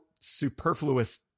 superfluous